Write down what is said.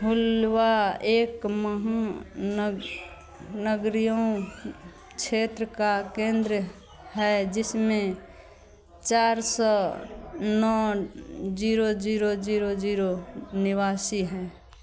हुल्वा एक महानग नगरियों क्षेत्र का केन्द्र है जिसमें चार सौ नौ ज़ीरो ज़ीरो ज़ीरो ज़ीरो निवासी हैं